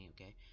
Okay